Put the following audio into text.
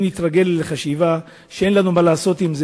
אם נתרגל לחשיבה שאין לנו מה לעשות עם זה